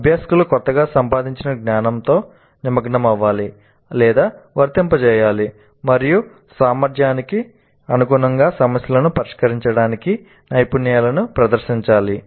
అభ్యాసకులు కొత్తగా సంపాదించిన జ్ఞానంతో నిమగ్నమవ్వాలి వర్తింపజేయాలి మరియు సామర్థ్యానికి అనుగుణంగా సమస్యలను పరిష్కరించడానికి నైపుణ్యాలను ప్రదర్శించాలి